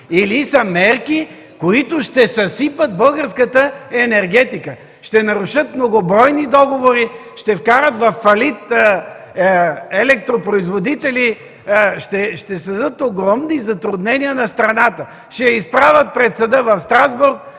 Или са мерки, които ще съсипят българската енергетика, ще нарушат многобройни договори, ще вкарат във фалит електропроизводители, ще създадат огромни затруднения на страната, ще я изправят пред съда в Страсбург,